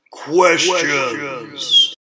Questions